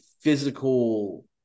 physical